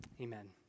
Amen